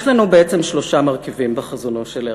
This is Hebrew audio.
יש לנו בעצם שלושה מרכיבים בחזונו של הרצל: